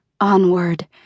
Onward